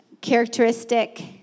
characteristic